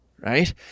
right